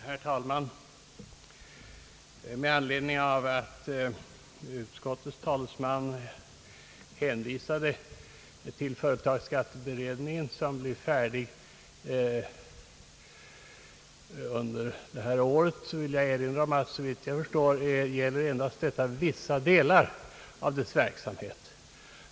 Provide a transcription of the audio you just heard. Herr talman! Med anledning av att utskottets talesman hänvisade till företagsskatteberedningen, som blir färdig under det här året, vill jag erinra om att såvitt jag förstår detta endast gäller vissa delar av dess verksamhet.